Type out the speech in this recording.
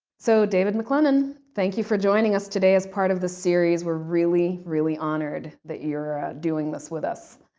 so, david maclennan, thank you for joining us today as part of this series. we're really, really honored that you're ah doing this with us.